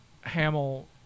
Hamill